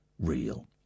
real